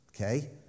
Okay